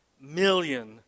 million